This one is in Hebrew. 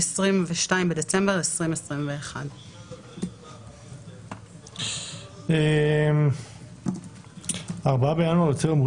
אירלנד," אחרי פרט (4) יבוא: "(4א) ארצות הברית,"; אחרי פרט